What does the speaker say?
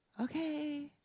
okay